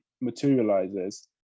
materializes